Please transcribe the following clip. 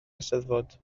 eisteddfod